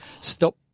stop